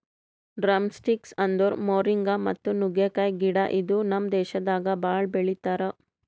drumsticks ಅಂದುರ್ moringa ಮತ್ತ ನುಗ್ಗೆಕಾಯಿ ಗಿಡ ಇದು ನಮ್ ದೇಶದಾಗ್ ಭಾಳ ಬೆಳಿತಾರ್